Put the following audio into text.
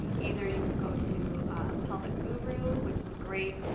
either you can go to pelvic guru which is a great